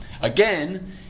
Again